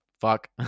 Fuck